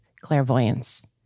clairvoyance